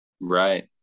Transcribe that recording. Right